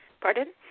Pardon